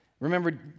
Remember